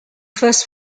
first